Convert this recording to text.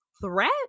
threat